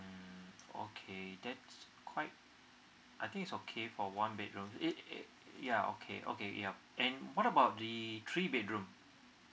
um okay that's quite I think it's okay for one bedroom eh ya okay okay yup and what about the three bedroom